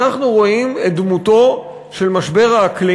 אנחנו רואים את דמותו של משבר האקלים